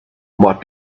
might